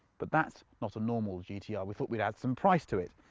but that's not a normal gt-r. ah we thought we'd add some price to it.